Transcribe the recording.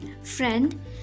Friend